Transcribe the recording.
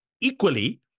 equally